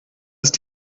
ist